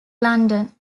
london